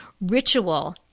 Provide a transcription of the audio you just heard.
Ritual